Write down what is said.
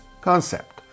concept